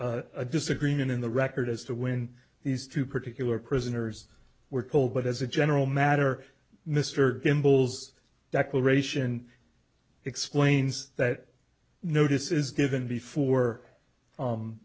disagreement in the record as to when these two particular prisoners were told but as a general matter mr symbols declaration explains that notice is given before